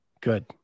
Good